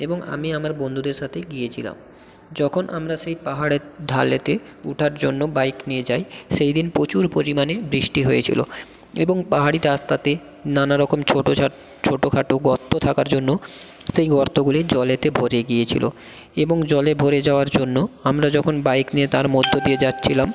এবং আমি আমার বন্ধুদের সথে গিয়েছিলাম যখন আমরা সেই পাহাড়ের ঢালেতে উঠার জন্য বাইক নিয়ে যাই সেই দিন প্রচুর পরিমাণে বৃষ্টি হয়েছিলো এবং পাহাড়ি রাস্তাতে নানা রকম ছোটো ছাট ছোটো খাটো গর্ত থাকার জন্য সেই গর্তগুলি জলেতে ভরে গিয়েছিলো এবং জলে ভরে যাওয়ার জন্য আমরা যখন বাইক নিয়ে তার মধ্য দিয়ে যাচ্ছিলাম